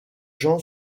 jean